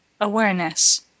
awareness